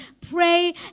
Pray